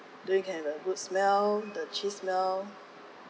then you can have a good smell the cheese now